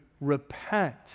repent